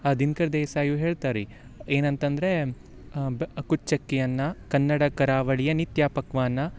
ಆ ದಿನ್ಕರ್ ದೇಸಾಯು ಹೇಳ್ತಾರಿ ಏನಂತ ಅಂದರೆ ಬ ಕುಚ್ಚಕ್ಕಿ ಅನ್ನ ಕನ್ನಡ ಕರಾವಳಿಯ ನಿತ್ಯ ಪಕ್ವಾನ